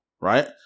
right